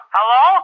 Hello